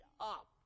up